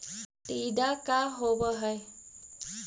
टीडा का होव हैं?